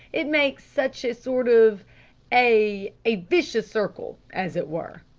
it makes such a sort of a a vicious circle, as it were.